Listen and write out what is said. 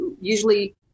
usually